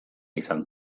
izan